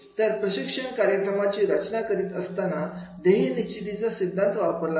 तर प्रशिक्षण कार्यक्रमाची रचना करीत असताना ध्येय निश्चितीचा सिद्धांत वापरला जातो